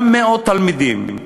גם מאות תלמידים.